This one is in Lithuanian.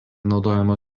naudojama